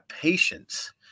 patience